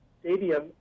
Stadium